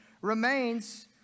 remains